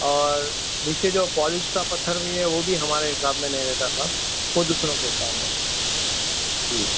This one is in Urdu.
اور نیچے جو پالش کا پتھر بھی ہے وہ بھی ہمارے حساب میں نہیں رہتا صاحب وہ دوسروں کے حساب میں جی